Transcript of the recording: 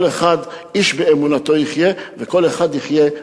איש באמונתו יחיה,